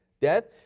death